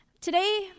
Today